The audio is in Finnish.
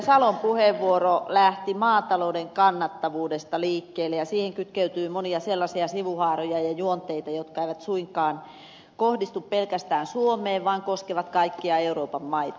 salon puheenvuoro lähti maatalouden kannattavuudesta liikkeelle ja siihen kytkeytyy monia sellaisia sivuhaaroja ja juonteita jotka eivät suinkaan kohdistu pelkästään suomeen vaan koskevat kaikkia euroopan maita